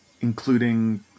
including